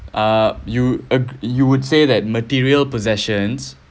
uh you would ag~ you would say that material possessions